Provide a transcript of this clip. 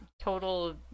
total